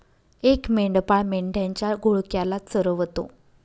एक मेंढपाळ मेंढ्यांच्या घोळक्याला चरवतो